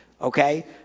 okay